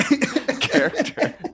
character